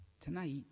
tonight